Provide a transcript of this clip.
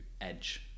edge